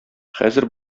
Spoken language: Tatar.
хәзер